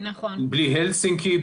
הוא בלי הלסינקי,